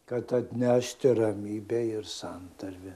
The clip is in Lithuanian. kad atnešti ramybę ir santarvę